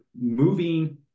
moving